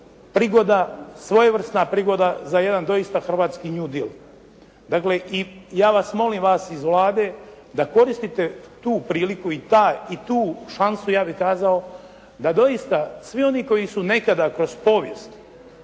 prigoda, svojevrsna prigoda za jedan doista hrvatski new deal. Dakle, i ja vas molim, vas iz Vlade, da koristite tu priliku i tu šansu ja bih kazao da doista svi oni koji su nekada kroz povijest